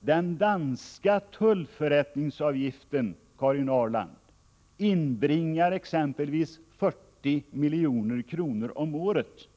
Den danska tullförrättningsavgiften exempelvis, Karin Ahrland, inbringar 40 milj.kr. om året.